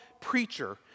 preacher